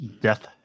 death